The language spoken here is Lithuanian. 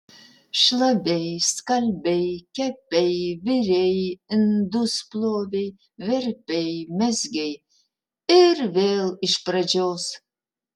šlavei skalbei kepei virei indus plovei verpei mezgei ir vėl iš pražios